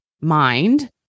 mind